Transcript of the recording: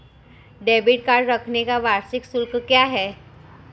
Debit card रखने का वार्षिक शुल्क क्या है?